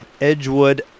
Edgewood